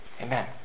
Amen